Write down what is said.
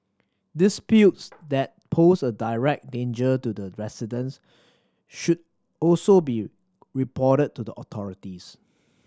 disputes that pose a direct danger to the residents should also be reported to the authorities